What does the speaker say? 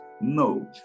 No